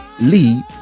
Leave